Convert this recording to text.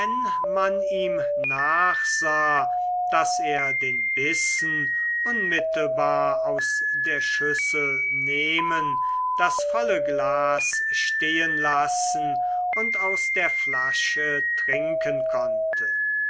man ihm nachsah daß er den bissen unmittelbar aus der schüssel nehmen das volle glas stehenlassen und aus der flasche trinken konnte